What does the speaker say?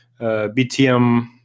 BTM